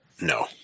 No